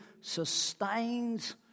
sustains